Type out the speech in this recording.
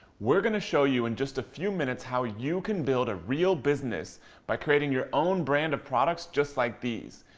we're gonna show you in just a few minutes how you can build a real business by creating your own brand of products just like these.